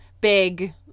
big